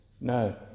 No